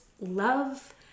love